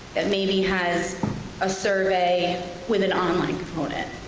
that maybe has a survey with an online component,